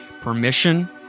permission